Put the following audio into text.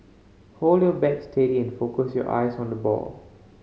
hold your bat steady and focus your eyes on the ball